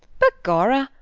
begorra!